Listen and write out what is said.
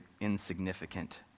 insignificant